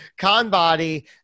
Conbody